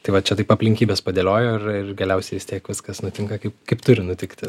tai va čia taip aplinkybės padėliojo ir ir galiausiai vis tiek viskas nutinka kaip kaip turi nutikti